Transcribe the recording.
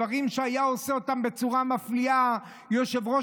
דברים שהיה עושה אותם בצורה מפליאה יושב-ראש